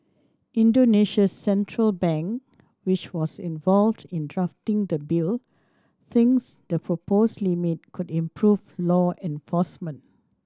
Indonesia's central bank which was involved in drafting the bill things the proposed limit could improve law enforcement